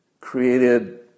created